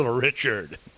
Richard